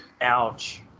Ouch